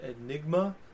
Enigma